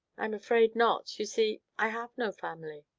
i'm afraid not you see i have no family.